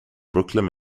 brooklyn